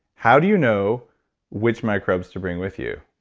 how do you know which microbes to bring with you?